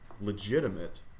legitimate